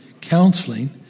counseling